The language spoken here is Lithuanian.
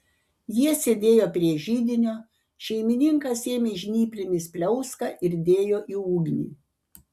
jie sėdėjo prie židinio šeimininkas ėmė žnyplėmis pliauską ir dėjo į ugnį